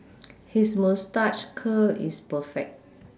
his moustache curl is perfect